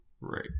Right